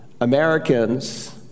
Americans